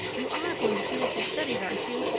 you are going to keep up your studies, aren't you?